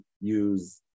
use